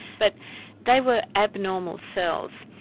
but they were abnormal cells,